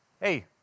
hey